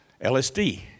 LSD